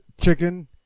chicken